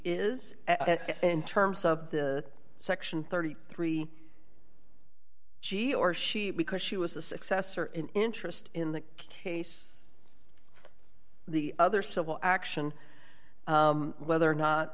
is in terms of the section thirty three she or she because she was the successor in interest in the case the other civil action whether or not